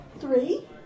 three